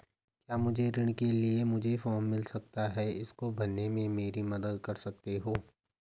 क्या मुझे ऋण के लिए मुझे फार्म मिल सकता है इसको भरने में मेरी मदद कर सकते हो?